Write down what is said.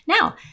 Now